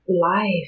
Life